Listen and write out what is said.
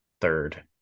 third